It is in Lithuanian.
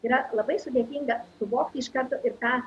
yra labai sudėtinga suvokti iš karto ir tą